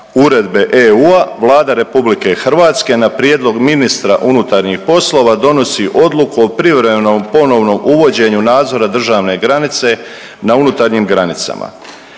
Uredbe EU-a Vlada RH na prijedlog ministra unutarnjih poslova donosi odluku o privremenom ponovnom uvođenju nadzora državne granice na unutarnjim granicama.